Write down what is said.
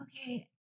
okay